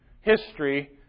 history